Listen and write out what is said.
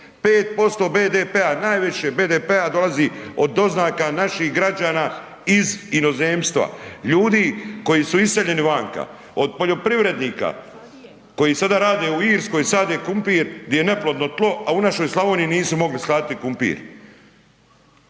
5% BDP-a najviše BDP-a dolazi od doznaka naših građana iz inozemstva, ljudi koji su iseljeni vanka, od poljoprivrednika koji sada rade u Irskoj, sade krumpir gdje je neplodno tlo, a u našoj Slavoniji nisu mogli saditi kumpir.